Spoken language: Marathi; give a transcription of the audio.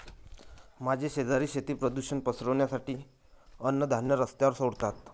माझे शेजारी शेती प्रदूषण पसरवण्यासाठी अन्नधान्य रस्त्यावर सोडतात